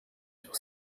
sur